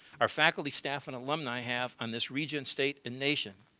our faculty, staff and alumni have on this region, state and nation.